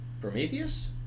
Prometheus